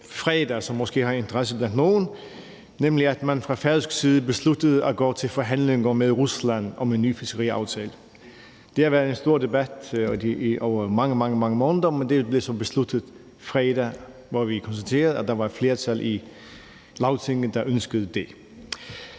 som måske har interesse for nogle, nemlig at man fra færøsk side besluttede at gå til forhandlinger med Rusland om en ny fiskeriaftale. Det har været en stor debat over mange, mange måneder, men det blev så besluttet fredag, hvor vi konstaterede, at der var et flertal i Lagtinget, der ønskede det.